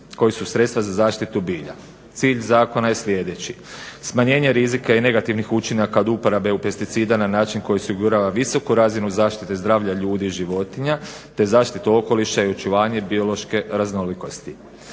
koji su sredstva za zaštitu bilja. Cilj zakona je sljedeći, smanjenje rizika i negativnih učinaka od uporabe pesticida na način koji osigurava visoku razinu zaštite zdravlja ljudi i životinja te zaštitu okoliša i očuvanje biološke raznolikosti.